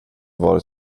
varit